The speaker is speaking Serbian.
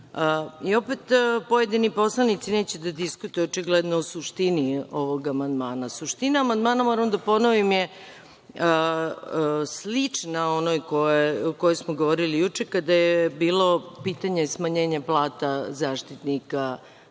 pojedini poslanici neće da diskutuju očigledno o suštini ovog amandmana. Suština amandmana, moram da ponovim, je slična onoj o kojoj smo govorili juče kada je bilo pitanje smanjenja plata Zaštitnika